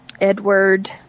Edward